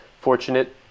fortunate